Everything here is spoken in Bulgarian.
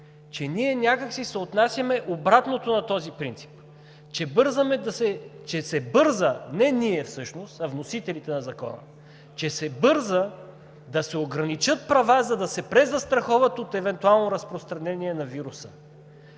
че ние някак си се отнасяме обратното на този принцип, че се бърза – не ние всъщност, а вносителите на Закона, да се ограничат права, за да се презастраховат от евентуално разпространение на вируса.